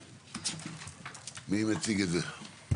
מי מציג את זה?